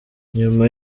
nyuma